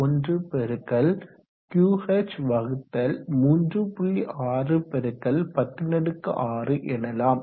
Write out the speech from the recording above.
6 ×106எனலாம்